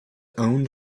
owned